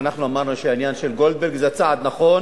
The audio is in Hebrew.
לכן אנחנו אמרנו שהעניין של גולדברג זה צעד נכון,